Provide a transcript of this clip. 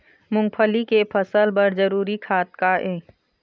मूंगफली के फसल बर जरूरी खाद का ये?